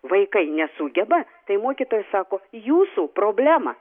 vaikai nesugeba tai mokytojai sako jūsų problema